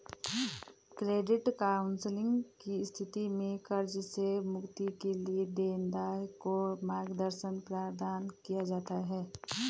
credit counselling की स्थिति में कर्ज से मुक्ति के लिए देनदार को मार्गदर्शन प्रदान किया जाता है